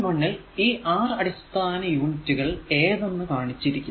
1 ൽ ഈ 6 അടിസ്ഥാന യൂണിറ്റുകൾ ഏതെന്നു കാണിച്ചിരിക്കുന്നു